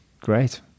Great